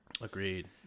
Agreed